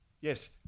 Yes